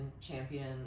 champion